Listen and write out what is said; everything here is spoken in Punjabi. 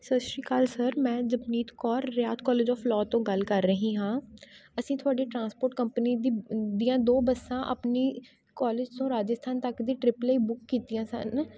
ਸਤਿ ਸ਼੍ਰੀ ਅਕਾਲ ਸਰ ਮੈਂ Japneet Kaur Rayat college of law ਤੋਂ ਗੱਲ ਕਰ ਰਹੀ ਹਾਂ ਅਸੀਂ ਤੁਹਾਡੀ ਟਰਾਂਸਪੋਰਟ ਕੰਪਨੀ ਦੀ ਦੀਆਂ ਦੋ ਬੱਸਾਂ ਆਪਣੀ ਕੋਲਿਜ ਤੋਂ ਰਾਜਸਥਾਨ ਤੱਕ ਦੀ ਟਰਿੱਪ ਲਈ ਬੁੱਕ ਕੀਤੀਆਂ ਸਨ